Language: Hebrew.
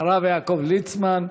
הרב יעקב ליצמן.